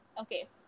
okay